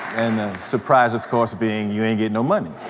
and the surprise, of course, being you ain't getting no money.